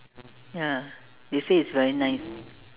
ya they say it's very nice